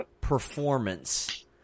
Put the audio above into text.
performance